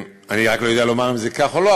אני לא יודע לומר אם זה כך או לא,